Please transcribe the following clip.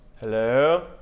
hello